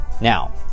Now